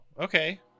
okay